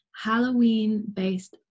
Halloween-based